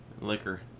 Liquor